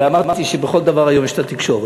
הרי אמרתי שבכל דבר היום יש תקשורת.